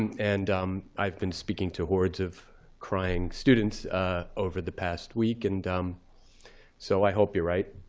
and and um i've been speaking to hordes of crying students over the past week. and um so i hope you're right.